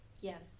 Yes